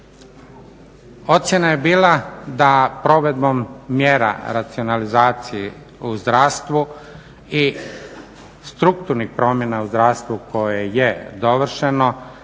Ocjena je bila da provedbom mjera racionalizacije u zdravstvu i strukturnih promjena u zdravstvu koje je dovršeno